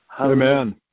Amen